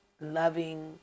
loving